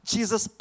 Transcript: Jesus